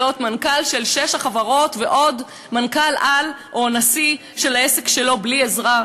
להיות מנכ"ל של שש החברות ועוד מנכ"ל-על או נשיא של העסק שלו בלי עזרה,